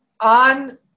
on